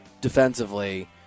defensively